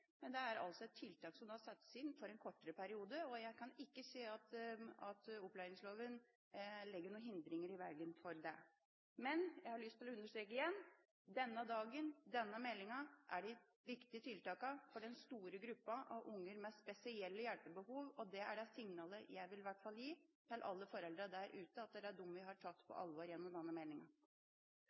men det er et tiltak som settes inn for en kortere periode. Jeg kan ikke se at opplæringsloven legger noen hindringer i veien for det. Men jeg har lyst til å understreke igjen: På denne dagen og gjennom denne meldingen er det de viktige tiltakene for den store gruppen av unger med spesielle hjelpebehov – det er det signalet i hvert fall jeg vil gi til alle foreldrene der ute – vi har tatt på alvor.